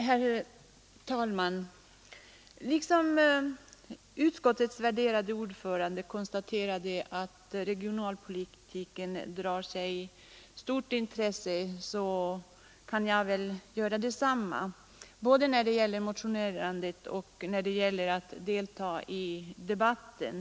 Herr talman! Liksom utskottets värderade ordförande kan jag konstatera att regionalpolitiken tilldrar sig stort intresse. Jag tänker på det myckna motionerandet och deltagandet i kammardebatten.